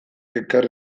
ekarri